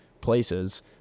places